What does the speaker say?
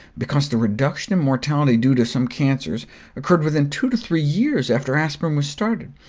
because the reduction in mortality due to some cancers occurred within two to three years after aspirin was started.